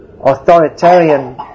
authoritarian